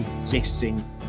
existing